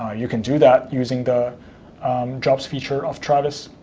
ah you can do that using the jobs feature of travis.